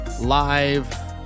live